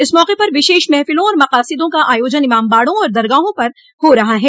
इस मौके पर विशेष महफ़िलों और मक़ासिदों का आयोजन इमामबाड़ों और दरगाहों पर हो रहा है